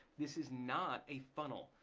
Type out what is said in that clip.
this is not a funnel,